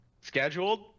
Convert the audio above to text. Scheduled